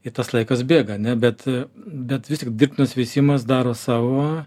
ir tas laikas bėga ane bet bet vis tik dirbtinis veisimas daro savo